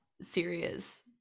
serious